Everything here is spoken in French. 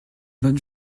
bonne